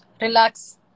relax